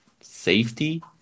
safety